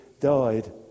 died